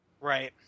Right